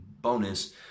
bonus